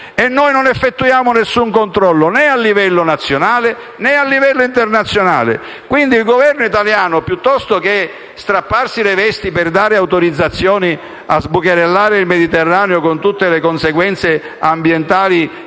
E noi non effettuiamo alcun controllo, né a livello nazionale, né a livello internazionale. Il Governo italiano, piuttosto che strapparsi le vesti per dare autorizzazione a sbucherellare il Mediterraneo - con tutte le conseguenze ambientali